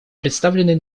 представленный